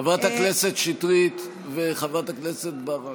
חברת הכנסת שטרית וחברת הכנסת ברק.